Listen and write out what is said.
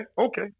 okay